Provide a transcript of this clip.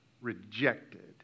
rejected